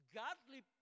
godly